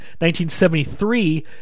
1973